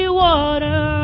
water